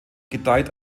gedeiht